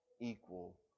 equal